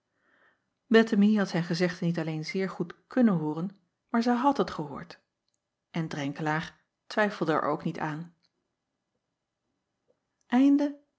ettemie had zijn gezegde niet alleen zeer goed kunnen hooren maar zij had het gehoord en renkelaer twijfelde er ook niet aan